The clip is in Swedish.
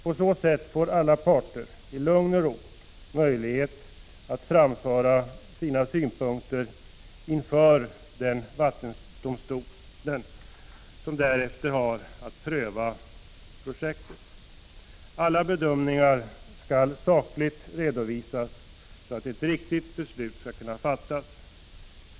På så sätt får alla parter i lugn 175 och ro möjlighet att framföra sina synpunkter inför vattendomstolen, som därefter har att pröva projektet. Alla bedömningar skall sakligt redovisas, så att ett riktigt beslut skall kunna fattas.